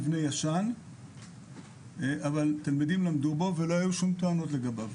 המבנה ישן אבל תלמידים למדו בו ולא היו שום טענות לגביו.